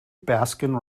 baskin